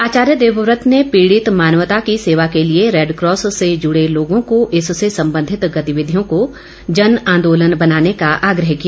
आचार्य देवव्रत ने पीड़ित मानवता की सेवा के लिए रेडक्रॉस से जुड़े लोगों को इससे संबंधित गतिविधियों को जनआंदोलन बनाने का आग्रह किया